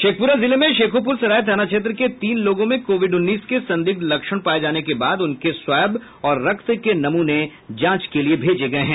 शेखपुरा जिले में शेखोपुर सराय थाना क्षेत्र के तीन लोगों में कोविड उन्नीस के संदिग्ध लक्षण पाये जाने के बाद उनके स्वैब और रक्त के नमूने जांच के लिये भेजे गये हैं